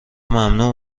ممنوع